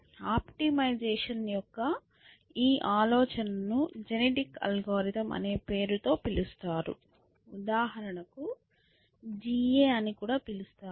optimisation యొక్క ఈ ఆలోచనను జెనెటిక్ అల్గోరిథం అనే పేరుతో పిలుస్తారు ఉదాహరణకు GA అని కూడా పిలుస్తారు